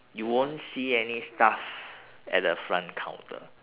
you won't see any staff at the front counter